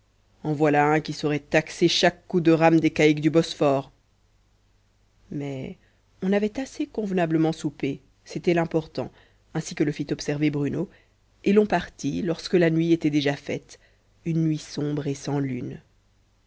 en voilà un qui saurait taxer chaque coup de rames des caïques du bosphore mais on avait assez convenablement soupe c'était l'important ainsi que le fit observer bruno et l'on partit lorsque la nuit était déjà faite une nuit sombre et sans lune